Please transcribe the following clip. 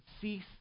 cease